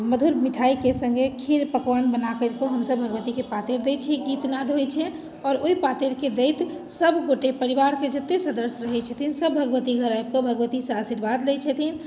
मधुर मिठाइके सङ्गे खीर पकवान बनाके हम सभ भगवतीके पातरि दैत छियै गीतनाद होइत छै आओर ओहि पातरिके दैत सभ गोटे परिवारके जतेक सदस्य रहैत छथिन सभ भगवती घर आबिके भगवती से आशीर्वाद लैत छथिन